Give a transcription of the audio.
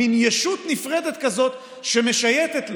מין ישות נפרדת כזאת שמשייטת לה.